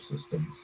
systems